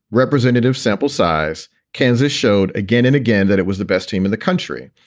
representative sample size kansas showed again and again that it was the best team in the country.